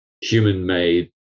human-made